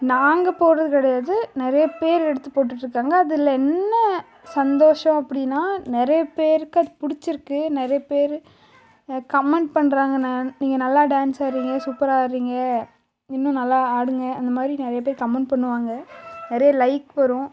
நாங்கள் போடுவது கிடையாது நிறைய பேர் எடுத்து போட்டுட்டு இருக்காங்க அதில் என்ன சந்தோஷம் அப்படினா நிறைய பேருக்கு அது பிடிச்சு இருக்குது நிறைய பேர் கமெண்ட் பண்ணுறாங்க நீங்கள் நல்லா டான்ஸ் ஆடுறீங்க சூப்பராக ஆடுறீங்க இன்னும் நல்லா ஆடுங்கள் அந்த மாதிரி நிறைய பேர் கமெண்ட் பண்ணுவாங்க நிறைய லைக் வரும்